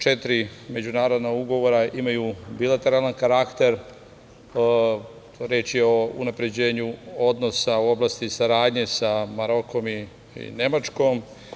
Četiri međunarodna ugovora imaju bilateralan karakter, reč je unapređenju odnosa u oblasti saradnje sa Marokom i Nemačkom.